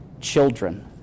children